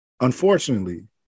unfortunately